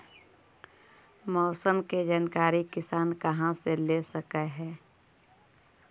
मौसम के जानकारी किसान कहा से ले सकै है?